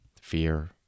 fear